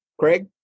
Craig